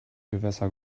gewässer